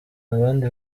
abandi